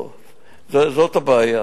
זאת הבעיה.